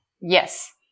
Yes